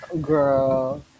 Girl